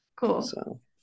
Cool